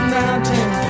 mountain